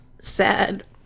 sad